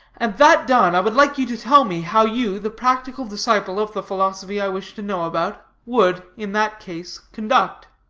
and that done, i would like you to tell me how you, the practical disciple of the philosophy i wish to know about, would, in that case, conduct.